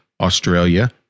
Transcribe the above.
Australia